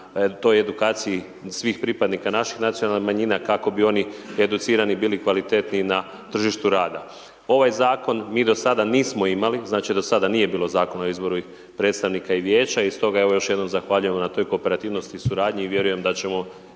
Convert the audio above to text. toj edukaciji svih pripadnika naših nacionalnih manjina kako bi oni educirani bili kvalitetniji na tržištu rada. Ovaj zakon mi do sada nismo imali, znači, do sada nije bilo Zakona o izboru predstavnika i vijeća i stoga evo još jednom zahvaljujemo na toj kooperativnosti i suradnji i vjerujem da ćemo